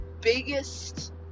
biggest